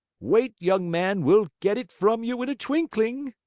wait, young man, we'll get it from you in a twinkling!